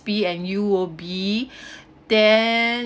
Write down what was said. and U_O_B then